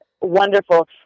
wonderful